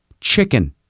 Chicken